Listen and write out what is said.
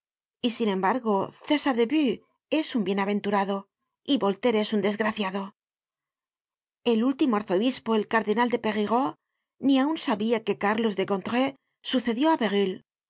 y sin embargo césar de bus es un bienaventurado y voltaire es un desgraciado el último arzobispo el cardenal de perigord ni aun sabia que cárlos de gondreu sucedió á